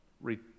Read